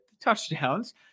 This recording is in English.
touchdowns